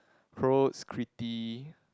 Croats Crete